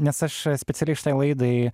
nes aš specialiai šitai laidai